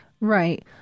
Right